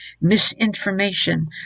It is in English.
misinformation